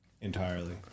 entirely